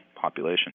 population